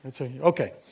Okay